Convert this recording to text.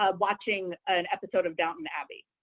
ah watching an episode of downton abbey,